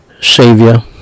Savior